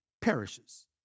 perishes